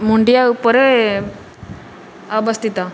ମୁଣ୍ଡିଆ ଉପରେ ଅବସ୍ଥିତ